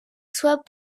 soit